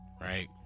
right